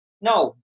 no